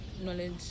knowledge